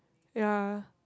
ya